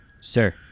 Sir